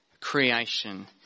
creation